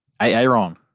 Aaron